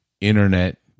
internet